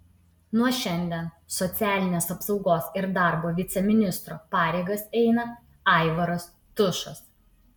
nuo šiandien socialinės apsaugos ir darbo viceministro pareigas eina aivaras tušas